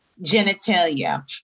genitalia